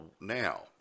now